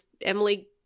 Emily